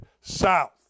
south